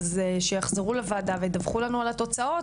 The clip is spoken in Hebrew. אז שיחזרו לוועדה וידווחו לנו על התוצאות,